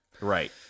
Right